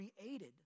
created